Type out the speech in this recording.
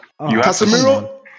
Casemiro